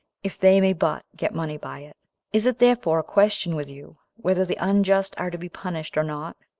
if they may but get money by it is it therefore a question with you, whether the unjust are to be punished or not?